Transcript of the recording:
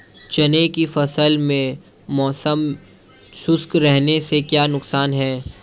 चने की फसल में मौसम शुष्क रहने से क्या नुकसान है?